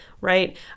right